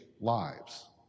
lives